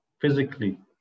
physically